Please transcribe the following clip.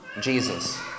Jesus